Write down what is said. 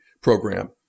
program